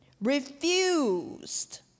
refused